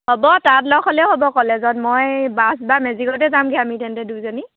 হ'ব তাত লগ হ'লেও হ'ব কলেজত মই বাছ বা মেজিকতে যামগৈ আমি তেন্তে দুয়োজনী